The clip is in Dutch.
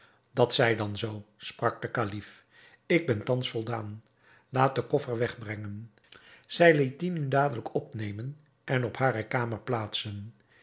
dat zij dan zoo sprak de kalif ik ben thans voldaan laat den koffer wegbrengen zij liet dien nu dadelijk opnemen en op hare kamer plaatsen